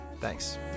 thanks